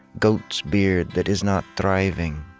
goatsbeard that is not thriving,